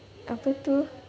apa tu